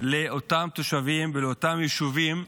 לאותם תושבים ולאותם יישובים,